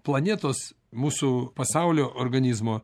planetos mūsų pasaulio organizmo